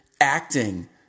acting